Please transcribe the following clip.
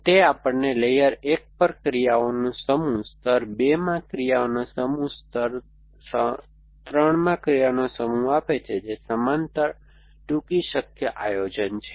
તે આપણને લેયર 1 પર ક્રિયાઓનો સમૂહ સ્તર 2 માં ક્રિયાઓનો સમૂહ સ્તર 3 માં ક્રિયાઓનો સમૂહ આપે છે જે સમાંતર ટૂંકી શક્ય આયોજન છે